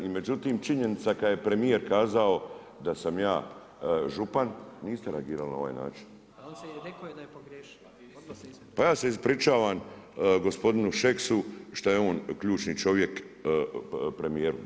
Međutim, činjenica kada je premjer kazao da sam ja župan, niste reagirali na ovaj način. … [[Upadica se ne čuje.]] Pa ja se ispričavam gospodinu Šeksu, što je on ključni čovjek, premjeru.